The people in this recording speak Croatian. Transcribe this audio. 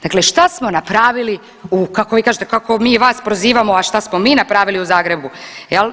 Dakle šta smo napravili u, kako vi kažete, kako mi vas prozivamo, a što smo mi napravili u Zagrebu, je l'